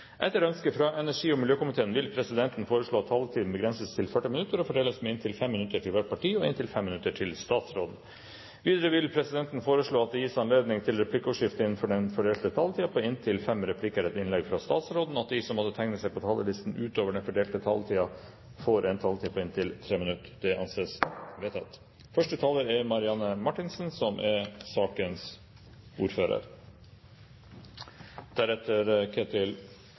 Etter ønske fra energi- og miljøkomiteen vil presidenten foreslå at taletiden begrenses til 40 minutter og fordeles med inntil 5 minutter til hvert parti og inntil 5 minutter til statsråden. Videre vil presidenten foreslå at det gis anledning til replikkordskifte på inntil fem replikker med svar etter innlegget fra statsråden innenfor den fordelte taletid. Videre blir det foreslått at de som måtte tegne seg på talerlisten utover den fordelte taletid, får en taletid på inntil 3 minutter. – Det anses vedtatt. Første taler er Aud Herbjørg Kvalvik, på vegne av sakens ordfører,